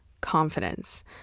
confidence